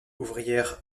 ouvrière